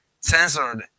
censored